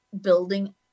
building